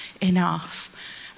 enough